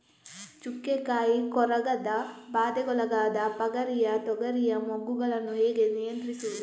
ಚುಕ್ಕೆ ಕಾಯಿ ಕೊರಕದ ಬಾಧೆಗೊಳಗಾದ ಪಗರಿಯ ತೊಗರಿಯ ಮೊಗ್ಗುಗಳನ್ನು ಹೇಗೆ ನಿಯಂತ್ರಿಸುವುದು?